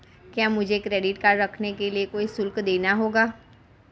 क्या मुझे credit card रखने के लिए कोई शुल्क देना होगा?